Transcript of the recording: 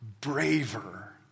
braver